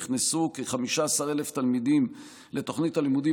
נכנסו כ-15,000 תלמידים לתוכנית הלימודים